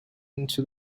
into